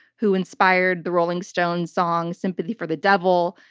who inspired the rolling stones' song, sympathy for the devil.